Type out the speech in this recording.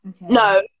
No